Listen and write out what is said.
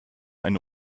eine